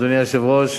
אדוני היושב-ראש,